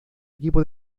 equipo